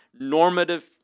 normative